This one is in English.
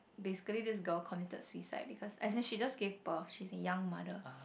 basically this girl committed suicide because and she just gave birth she's a young mother